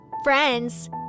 Friends